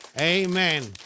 Amen